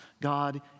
God